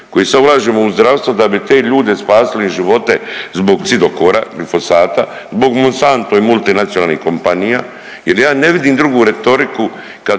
koji sad ulažemo u zdravstvo da bi te ljude spasili živote zbog cidokora, glifosata, zbog Monsanto i multinacionalnih kompanija jel ja ne vidim drugu retoriku